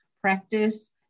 practice